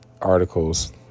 articles